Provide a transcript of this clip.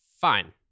fine